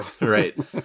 Right